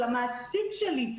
של המעסיק שלי,